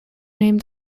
named